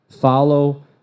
Follow